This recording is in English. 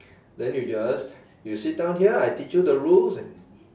then you just you sit down here I teach you the rules and